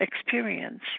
experience